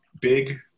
big